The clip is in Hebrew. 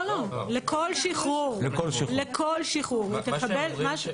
לכל שחרור היא תקבל.